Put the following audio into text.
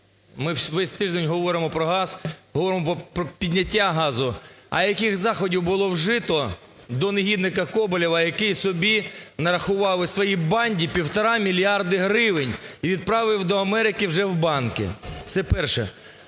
ми весь тиждень говоримо про газ, говоримо про підняття газу, а яких заходів було вжито до негідника Коболєва, який собі нарахував і своїй банді півтора мільярди гривень і відправив до Америки вже в банки? Це перше.